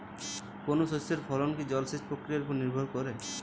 কোনো শস্যের ফলন কি জলসেচ প্রক্রিয়ার ওপর নির্ভর করে?